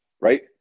right